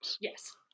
Yes